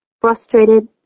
frustrated